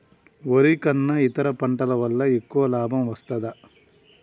వరి కన్నా ఇతర పంటల వల్ల ఎక్కువ లాభం వస్తదా?